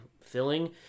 filling